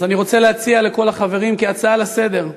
אז אני רוצה להציע לכל החברים, כהצעה לסדר: